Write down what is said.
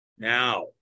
Now